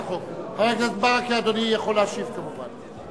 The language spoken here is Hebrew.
חבר הכנסת ברכה, אדוני יכול להשיב, כמובן.